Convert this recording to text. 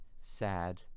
sad